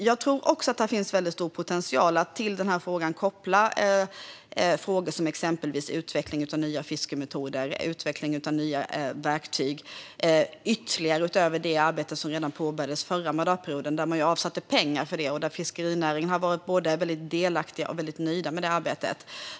Jag tror att det finns stor potential att till denna fråga koppla frågor om exempelvis utveckling av nya fiskemetoder och nya verktyg - utöver det arbete som påbörjades redan förra mandatperioden då man avsatte pengar för det. Fiskerinäringen har varit både mycket delaktig och mycket nöjd med detta arbete.